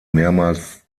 mehrmals